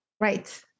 Right